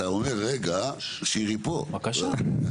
בבקשה.